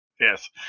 yes